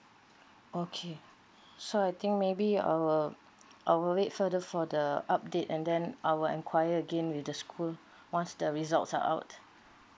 okay so I think maybe err I will wait further for the update and then I will enquire again with the school once the results are out